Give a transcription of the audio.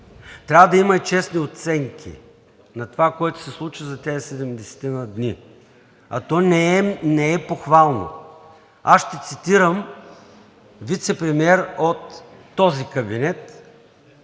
Трябва да има и честни оценки на това, което се случи за тези 17-ина дни, а то не е похвално. Аз ще цитирам вицепремиер от този кабинет